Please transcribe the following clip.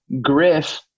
Griff